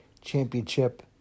Championship